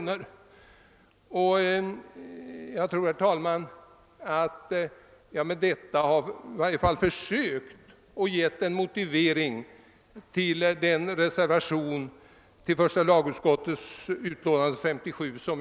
Herr talman! Jag har med detta inlägg försökt avge en motivering till reservationen vid första lagutskottets utlåtande nr 57.